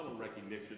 recognition